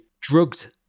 drugged